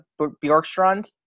Bjorkstrand